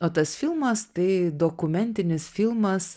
o tas filmas tai dokumentinis filmas